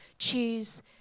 Choose